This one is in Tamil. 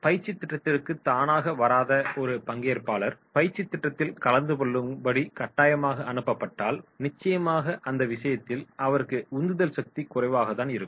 பயிற்சித் திட்டத்திற்கு தானாக வராத ஒரு பங்கேற்பாளர்கள் பயிற்சித் திட்டத்தில் கலந்துகொள்ளும்படி கட்டாயமாக அனுப்பப்பட்டால் நிச்சயமாக அந்த விஷயத்தில் அவருக்கு உந்துதல் சக்தி குறைவாகதான் இருக்கும்